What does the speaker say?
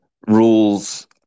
rules